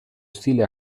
stile